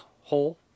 hole